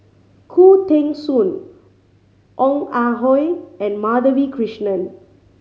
Khoo Teng Soon Ong Ah Hoi and Madhavi Krishnan